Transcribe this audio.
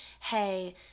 hey